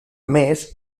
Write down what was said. més